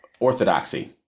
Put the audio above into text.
Orthodoxy